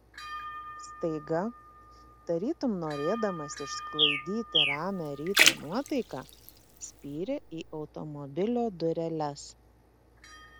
staiga tarytum norėdamas išsklaidyti ramią ryto nuotaiką spyrė į automobilio dureles